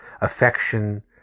Affection